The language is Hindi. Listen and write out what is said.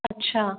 अच्छा